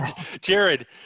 Jared